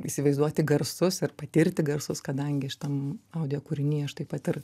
įsivaizduoti garsus ar patirti garsus kadangi šitam audio kūriny aš taip pat ir